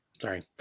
sorry